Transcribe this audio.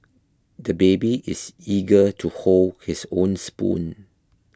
the baby is eager to hold his own spoon